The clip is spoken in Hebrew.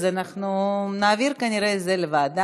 אז אנחנו כנראה נעביר את זה לוועדה,